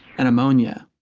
and ammonia.